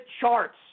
charts